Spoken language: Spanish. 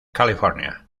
california